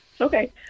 Okay